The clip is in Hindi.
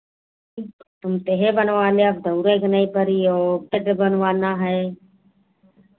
तुन्तेहे बनवा लेव दौड़य के ना परि और टज बनवाना है